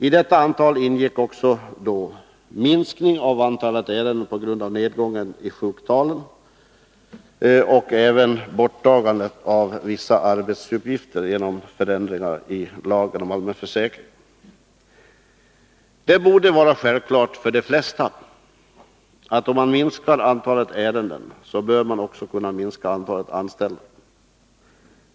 I detta antal ingick också en minskning av antalet ärenden på grund av nedgången i sjuktalen och borttagandet av vissa arbetsuppgifter genom förändringar i lagen om allmän försäkring. Det borde för de flesta vara självklart att om man minskar antalet ärenden, bör man också kunna minska antalet anställda.